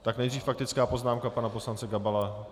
Tak nejdřív faktická poznámka pana poslance Gabala.